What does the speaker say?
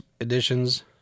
editions